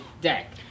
deck